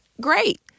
great